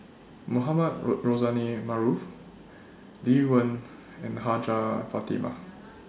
Mohamed Rozani Maarof Lee Wen and Hajjah Fatimah